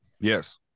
yes